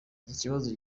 ikibazo